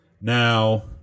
Now